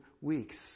weeks